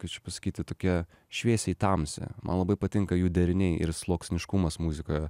kaip čia pasakyti tokia šviesiai tamsi man labai patinka jų deriniai ir sluoksniškumas muzikoje